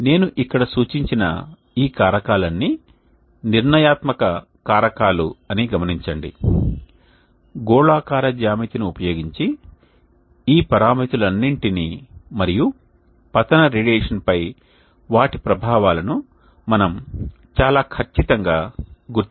నేను ఇక్కడ సూచించిన ఈ కారకాలన్నీ నిర్ణయాత్మక కారకాలు అని గమనించండి గోళాకార జ్యామితిని ఉపయోగించి ఈ పరామితులన్నింటినీ మరియు పతన రేడియేషన్పై వాటి ప్రభావాలను మనము చాలా ఖచ్చితంగా గుర్తించగలము